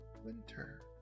winter